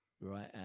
right